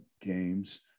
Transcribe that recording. games